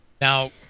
Now